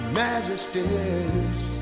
majesties